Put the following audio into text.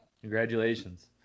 Congratulations